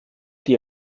die